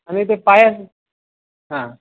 आणि ते पायाच हां